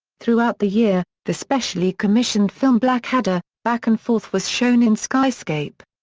throughout the year, the specially-commissioned film blackadder back and forth was shown in skyscape.